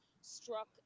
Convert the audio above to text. struck